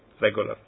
regular